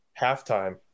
halftime